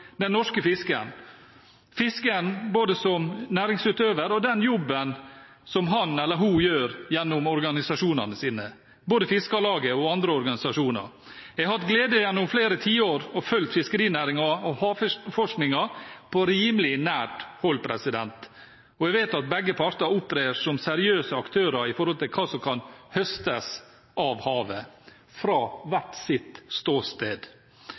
den norske fiskeren, både for fiskeren som næringsutøver og for den jobben som han eller hun gjør gjennom organisasjonene sine, både Fiskarlaget og andre organisasjoner. Jeg har hatt gleden av gjennom flere tiår å følge fiskerinæringen og havforskningen på rimelig nært hold, og jeg vet at begge parter opptrer som seriøse aktører når det gjelder hva som kan høstes av havet, fra hvert sitt ståsted.